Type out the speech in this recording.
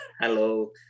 hello